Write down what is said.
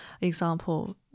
example